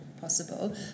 possible